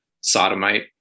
sodomite